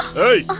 hey!